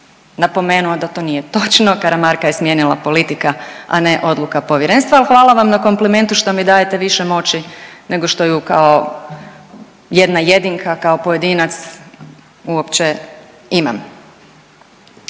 napomenuo da to nije točno, Karamarka je smijenila politika, a ne odluka Povjerenstva, ali hvala vam na komplimentu što mi dajete više moći nego što ju kao jedna jedinka, kao pojedinac uopće imam.